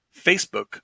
Facebook